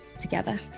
together